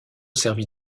servit